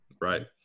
Right